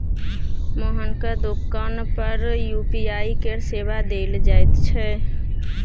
मोहनक दोकान पर यू.पी.आई केर सेवा देल जाइत छै